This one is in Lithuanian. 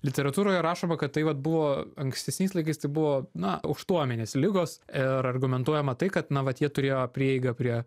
literatūroje rašoma kad tai vat buvo ankstesniais laikais tai buvo na aukštuomenės ligos ir argumentuojama tai kad na vat jie turėjo prieigą prie